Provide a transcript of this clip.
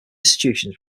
institutions